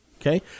Okay